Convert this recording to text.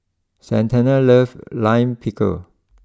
Santana loves Lime Pickle